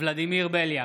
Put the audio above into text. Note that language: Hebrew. ולדימיר בליאק,